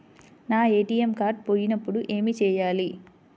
నా ATM card పోయినప్పుడు ఏమి చేయాలి?